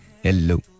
Hello